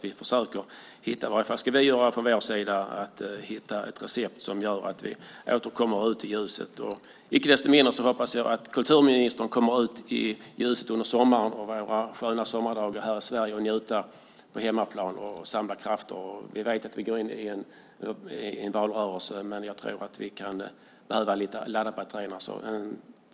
I varje fall ska vi från vår sida försöka hitta ett recept som gör att vi åter kommer ut i ljuset. Icke desto mindre hoppas jag att kulturministern kommer ut i ljuset under våra sköna sommardagar här i Sverige och kan njuta på hemmaplan och samla krafter. Vi vet att vi går in i en valrörelse, och vi kan behöva ladda batterierna.